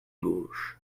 gauche